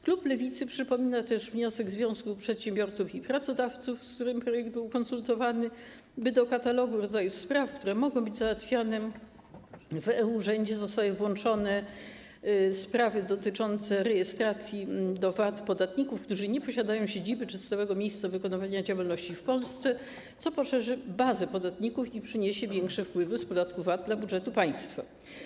Klub Lewicy przypomina też wniosek Związku Przedsiębiorców i Pracodawców, z którym projekt był konsultowany, przypomina, by do katalogu rodzaju spraw, które mogą być załatwiane w e-Urzędzie, zostały włączone sprawy dotyczące rejestracji do VAT podatników, którzy nie posiadają siedziby czy stałego miejsca wykonywania działalności w Polsce, co poszerzy bazę podatników i przyniesie większe wpływy z podatku VAT do budżetu państwa.